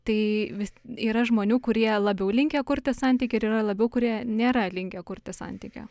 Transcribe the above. tai vis yra žmonių kurie labiau linkę kurti santykį ir yra labiau kurie nėra linkę kurti santykio